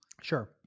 Sure